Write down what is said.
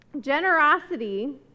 Generosity